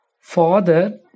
Father